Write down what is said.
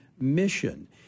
mission